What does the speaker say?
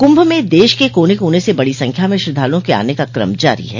कुंभ में देश के कोने कोने से बडो संख्या में श्रद्वालुओं के आने का क्रम जारी है